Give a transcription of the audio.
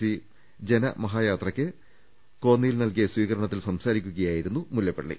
C ജനമ ഹായാത്രയ്ക്ക് കോന്നിയിൽ നൽകിയ സ്വീകരണത്തിൽ സംസാ രിക്കുകയായിരുന്നു മുല്ലപ്പള്ളി